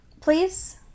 please